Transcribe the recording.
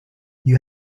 you